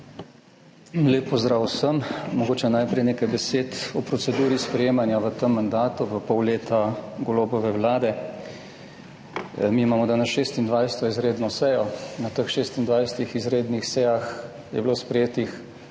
Lep pozdrav vsem! Mogoče najprej nekaj besed o proceduri sprejemanja v tem mandatu v pol leta Golobove Vlade. Mi imamo danes 26. izredno sejo. Na teh 26. izrednih sejah je bilo sprejetih